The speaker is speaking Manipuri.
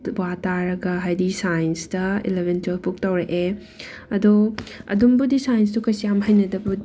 ꯋꯥ ꯇꯥꯔꯒ ꯍꯥꯏꯗꯤ ꯁꯥꯏꯟꯁꯇ ꯏꯂꯦꯚꯦꯟ ꯇꯨꯌꯦꯜꯐ ꯄꯨꯛ ꯇꯧꯔꯛꯑꯦ ꯑꯗꯣ ꯑꯗꯨꯝꯕꯨꯗꯤ ꯁꯥꯏꯟꯁꯇꯨ ꯀꯩꯁꯨꯛ ꯌꯥꯝ ꯍꯩꯅꯗꯕ